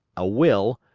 a will,